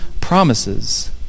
promises